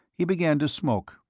he began to smoke.